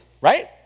right